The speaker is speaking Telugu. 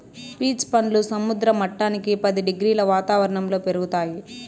పీచ్ పండ్లు సముద్ర మట్టానికి పది డిగ్రీల వాతావరణంలో పెరుగుతాయి